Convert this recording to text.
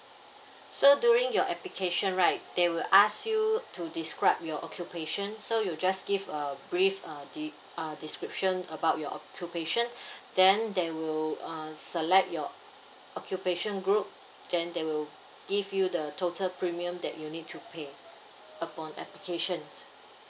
so during your application right they will ask you to describe your occupation so you just give a brief uh de~ uh description about your occupation then they will uh select your occupation group then they will give you the total premium that you need to pay upon applications